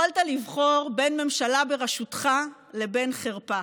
יכולת לבחור בין ממשלה בראשותך לבין חרפה.